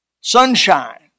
Sunshine